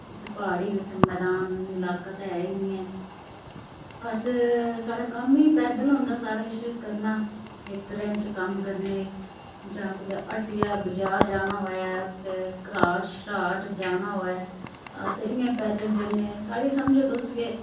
इत्थै प्हाड़ी न इत्थै मदानी लाका ते ऐ ई नी ऐ अस साढ़ा कम्म ई पैदल होंदा सारा किश करना खेत्तरैं च कम्म करने जां कुतै हट्टिया बजार जाना होऐ कुतै घराट शराट जाना होऐ ते अस इ'यां पैदल जन्ने साढ़ी समझो तुस के